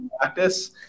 practice